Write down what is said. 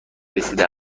رسیده